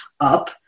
up